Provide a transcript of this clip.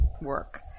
work